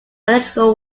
electoral